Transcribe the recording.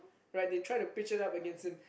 right they try to pitch it up against him